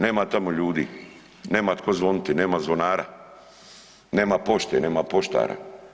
Nema tamo ljudi, nema tko zvoniti, nema zvonara, nema pošte, nema poštara.